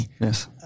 Yes